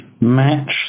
match